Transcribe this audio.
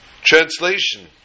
translation